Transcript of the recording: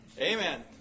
Amen